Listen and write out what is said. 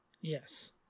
Yes